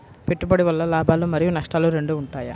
పెట్టుబడి వల్ల లాభాలు మరియు నష్టాలు రెండు ఉంటాయా?